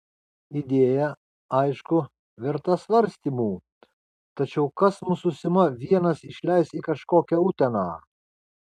idėja aišku verta svarstymų tačiau kas mus su sima vienas išleis į kažkokią uteną